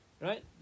right